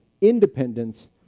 independence